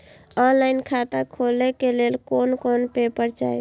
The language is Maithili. ऑनलाइन खाता खोले के लेल कोन कोन पेपर चाही?